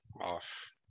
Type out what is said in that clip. off